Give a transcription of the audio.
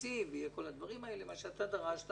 כרטיסים וכל הדברים האלה מה שאתה דרשת